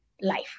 life